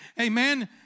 Amen